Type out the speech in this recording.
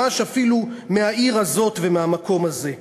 ממש אפילו מהעיר הזאת ומהמקום הזה.